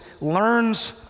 learns